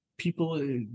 people